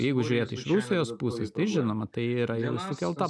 jeigu žiūrėt iš rusijos pusės tai žinoma tai yra jiems sukelta